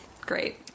great